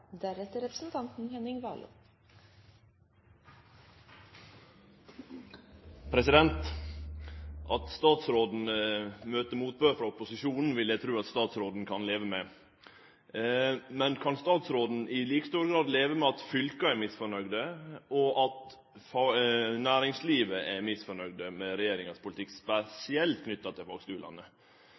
At statsråden møter motbør frå opposisjonen, vil eg tru at statsråden kan leve med. Men kan statsråden i like stor grad leve med at fylka er misfornøgde og næringslivet er misfornøgd med regjeringas politikk, spesielt knytt til fagskulane?